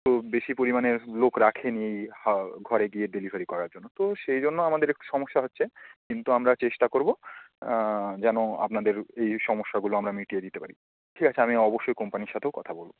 তো বেশি পরিমাণের লোক রাখেনি এই ঘরে গিয়ে ডেলিভারি করার জন্য তো সেই জন্য আমাদের একটু সমস্যা হচ্ছে কিন্তু আমরা চেষ্টা করব যেন আপনাদের এই সমস্যাগুলো আমরা মিটিয়ে দিতে পারি ঠিক আছে আমি অবশ্যই কোম্পানির সাথেও কথা বলব